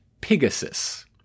Pegasus